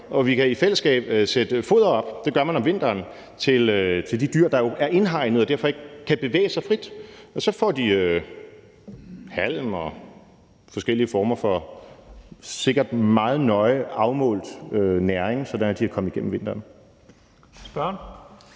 Vi kan i fællesskab sætte foder op – det gør man om vinteren – til de dyr, der er indhegnet og derfor ikke kan bevæge sig frit. Så får de halm og forskellige former for sikkert meget nøje afmålt næring, sådan at de kan komme igennem vinteren. Kl.